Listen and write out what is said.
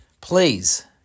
Please